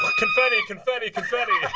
confetti, confetti, confetti